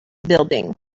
building